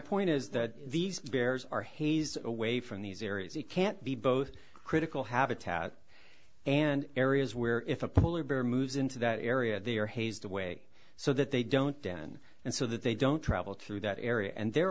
point is that these bears are hayes away from these areas he can't be both critical habitat and areas where if a polar bear moves into that area they are hazed away so that they don't dan and so that they don't travel through that area and there